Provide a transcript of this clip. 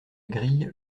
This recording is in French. grille